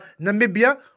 Namibia